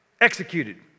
executed